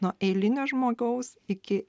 nuo eilinio žmogaus iki